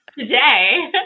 Today